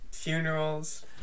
Funerals